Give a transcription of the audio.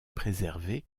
préservée